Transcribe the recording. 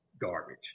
garbage